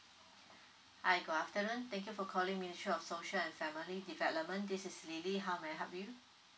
hi good afternoon thank you for calling ministry of social and family development this is lily how may I help you